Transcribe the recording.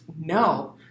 no